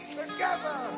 together